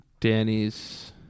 Danny's